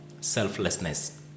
selflessness